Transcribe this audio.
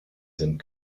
sind